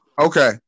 Okay